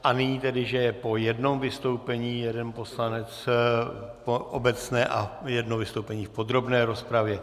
A nyní tedy, že je po jednom vystoupení jeden poslanec v obecné a jedno vystoupení v podrobné rozpravě.